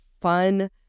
fun